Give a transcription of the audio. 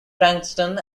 frankston